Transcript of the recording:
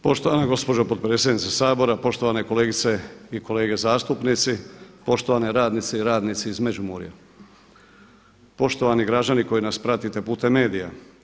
Poštovana gospođo potpredsjednice Sabora, poštovane kolegice i kolege zastupnici, poštovane radnice i radnici iz Međimurja, poštovani građani koji nas pratite putem medija.